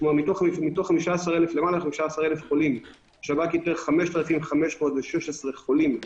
מתוך למעלה מ-15,000 חולים השב"כ איתר 5,516 חולים,